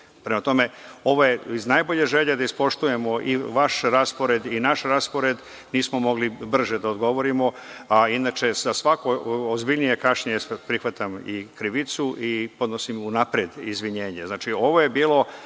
toku. Prema tome, ovo je iz najbolje želje da ispoštujemo i vaš raspored i naš raspored. Nismo mogli brže da odgovorimo, a inače za svako ozbiljnije kašnjenje prihvatam i krivicu i podnosim unapred izvinjenje.